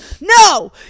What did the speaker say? no